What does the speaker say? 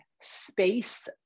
space